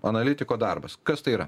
analitiko darbas kas tai yra